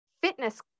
fitness